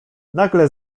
nagle